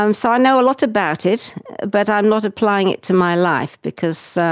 um so i know a lot about it but i'm not applying it to my life because